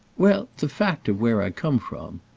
well, the fact of where i come from.